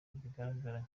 bigaragara